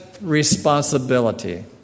responsibility